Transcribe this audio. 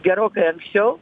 gerokai anksčiau